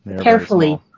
Carefully